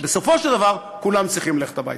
בסופו של דבר כולם צריכים ללכת הביתה.